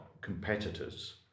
competitors